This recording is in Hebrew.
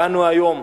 ואנו היום,